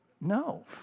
no